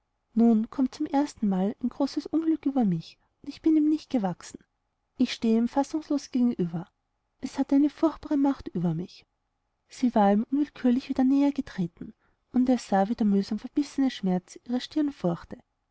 nun kommt zum erstenmal ein großes unglück über mich und ich bin ihm nicht gewachsen ich stehe ihm fassungslos gegenüber es hat eine furchtbare macht über mich sie war ihm unwillkürlich wieder näher getreten und er sah wie der mühsam verbissene schmerz ihre